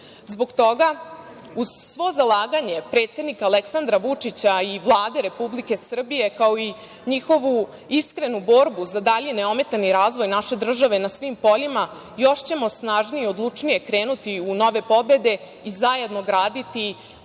toga, uz svo zalaganje predsednika Aleksandra Vučića i Vlade Republike Srbije, kao i njihovu iskrenu borbu za dalji neometan razvoj naše države na svim poljima, još ćemo snažnije, odlučnije krenuti u nove pobede i zajedno graditi